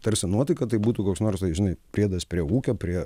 tarsi nuotaika tai būtų koks nors žinai priedas prie ūkio prie